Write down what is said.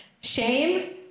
Shame